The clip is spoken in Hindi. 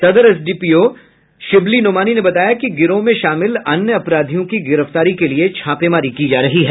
सदर एसडीपीओ शिब्ली नोमानी ने बताया कि गिरोह में शामिल अन्य अपराधियों की गिरफ्तारी के लिये छापेमारी की जा रही है